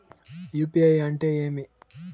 UPI అంటే ఏమి?